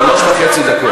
שלוש דקות וחצי.